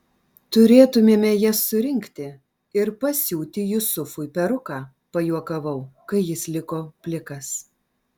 turėtumėme jas surinkti ir pasiūti jusufui peruką pajuokavau kai jis liko plikas